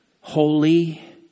holy